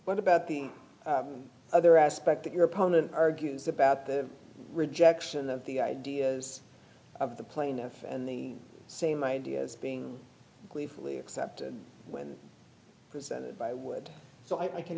what about the other aspect that your opponent argues about the rejection of the ideas of the plaintiff and the same ideas being gleefully accepted when presented by wood so i can